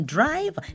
Drive